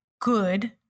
good